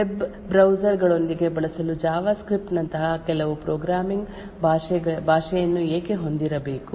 web browser ಗಳೊಂದಿಗೆ ಬಳಸಲು JavaScript ನಂತಹ ಕೆಲವು ಪ್ರೋಗ್ರಾಮಿಂಗ್ ಭಾಷೆಯನ್ನು ಏಕೆ ಹೊಂದಿರಬೇಕು